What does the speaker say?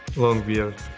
long beard.